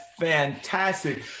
fantastic